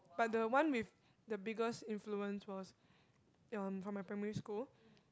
but the one with the biggest influence was um from my primary school